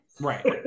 Right